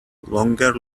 longer